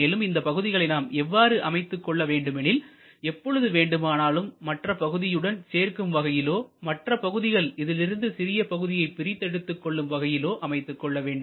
மேலும் இந்த பகுதிகளை நாம் எவ்வாறு அமைத்துக் கொள்ள வேண்டுமெனில் எப்பொழுது வேண்டுமானாலும் மற்ற பகுதியுடன் சேர்க்கும் வகையிலோ மற்ற பகுதிகள் இதில் இருந்து சிறிய பகுதியை பிரித்து எடுத்துக் கொள்ளும் வகையிலோ அமைத்துக் கொள்ள வேண்டும்